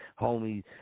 homie